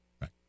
Right